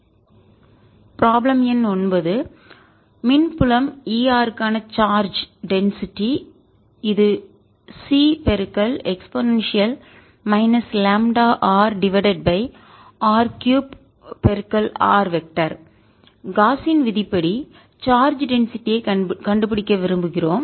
ds|outersurface4πCe λRdR4πCe λRe λdR4πCe λR1 λdR 4πCλe λRdR problem எண் 9 மின் புலம் E r க்கான சார்ஜ் டென்சிட்டி அடர்த்தி இது C e λr divided by r 3r vector காஸின் விதிப்படி சார்ஜ் டென்சிட்டி அடர்த்திρ யைக் கண்டுபிடிக்க விரும்புகிறோம்